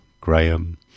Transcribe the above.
Graham